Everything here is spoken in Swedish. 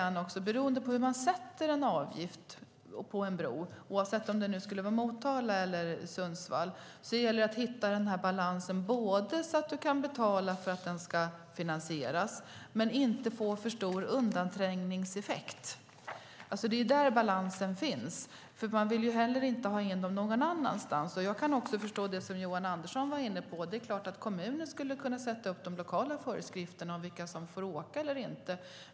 När man sätter en avgift på en bro, oavsett om det är i Motala eller i Sundsvall, är tanken att hitta en balans så att det hela kan finansieras men att det inte får en för stor undanträngningseffekt. Det är den balansen som man måste hitta. Man vill inte heller ha in det någon annanstans. Som Anders Johansson var inne på skulle kommunen kunna införa lokala föreskrifter för vilka som får åka och vilka inte.